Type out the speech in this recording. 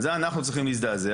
על זה אנחנו צריכים להזדעזע.